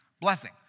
blessing